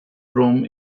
room